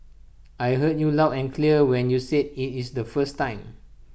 I heard you loud and clear when you said IT in is the first time